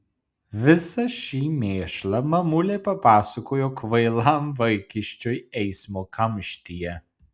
visą šį mėšlą mamulė papasakojo kvailam vaikiščiui eismo kamštyje